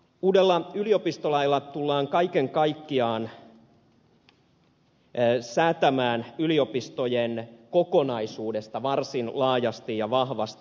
uudella yliopistolailla tullaan kaiken kaikkiaan säätämään yliopistojen kokonaisuudesta varsin laajasti ja vahvasti